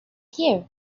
here